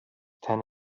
ten